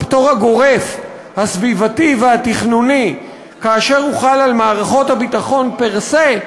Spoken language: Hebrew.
הפטור הגורף הסביבתי והתכנוני כאשר הוא חל על מערכות הביטחון per se,